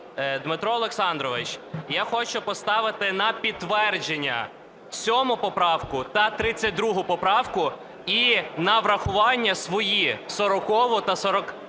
Дмитро Олександрович, я хочу поставити на підтвердження 7 поправку та 32 поправку, і на врахування свої – 40 та 49